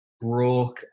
broke